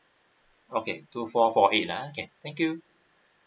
okay two four four eight ah can thank you